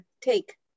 take